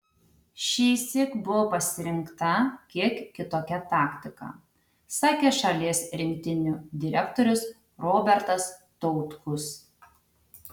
šįsyk buvo pasirinkta kiek kitokia taktika sakė šalies rinktinių direktorius robertas tautkus